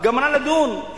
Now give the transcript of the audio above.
גמרה לדון,